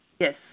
Yes